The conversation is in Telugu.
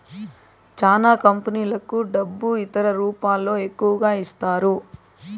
చానా కంపెనీలకు డబ్బు ఇతర రూపాల్లో ఎక్కువగా ఇస్తారు